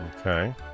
Okay